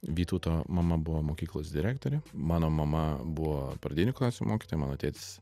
vytauto mama buvo mokyklos direktorė mano mama buvo pradinių klasių mokytoja mano tėtis